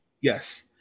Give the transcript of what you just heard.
Yes